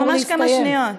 ממש כמה שניות.